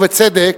ובצדק,